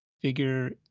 figure